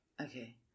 Okay